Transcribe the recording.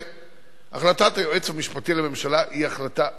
החלטת היועץ המשפטי לממשלה היא החלטה משפטית.